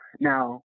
Now